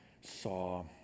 saw